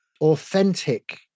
authentic